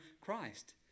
Christ